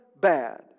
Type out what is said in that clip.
bad